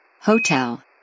Hotel